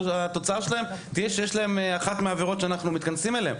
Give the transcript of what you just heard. שהתוצאה שלהם תהיה שיש להם אחת מהעבירות שאנחנו מתכנסים אליהן.